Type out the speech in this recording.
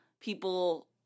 people